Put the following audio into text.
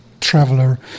Traveler